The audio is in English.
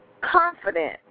confident